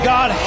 God